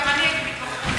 גם אני הייתי בהתמחות,